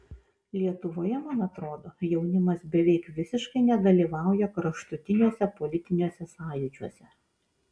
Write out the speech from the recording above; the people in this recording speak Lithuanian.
lietuvoje man atrodo jaunimas beveik visiškai nedalyvauja kraštutiniuose politiniuose sąjūdžiuose